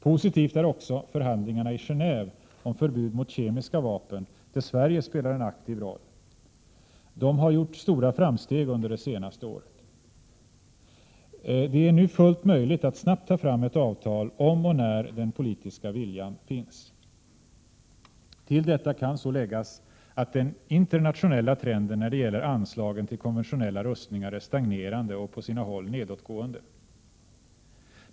Positivt är också att förhandlingarna i Genéve om förbud mot kemiska vapen, där Sverige spelar en aktiv roll, har gjort stora framsteg under det senaste året. Det är nu fullt möjligt att snabbt ta fram ett avtal om och när den politiska viljan finns. Till detta kan så läggas att den internationella trenden när det gäller anslagen till konventionella rustningar är stagnerande och på sina håll nedåtgående.